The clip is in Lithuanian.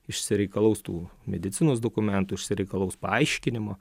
išsireikalaus tų medicinos dokumentų išsireikalaus paaiškinimo